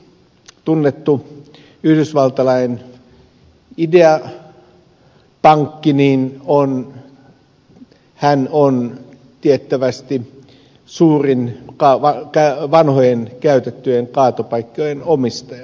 bill gates tunnettu yhdysvaltalainen ideapankki on tiettävästi suurin vanhojen käytettyjen kaatopaikkojen omistaja